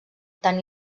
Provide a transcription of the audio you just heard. tant